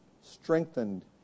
strengthened